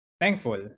thankful